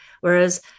Whereas